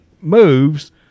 moves